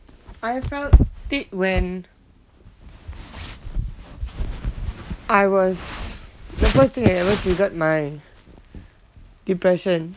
I felt it when I was the first thing that ever triggered my depression